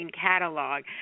catalog